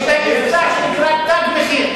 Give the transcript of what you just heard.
יש מה שנקרא "תג מחיר".